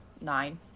nine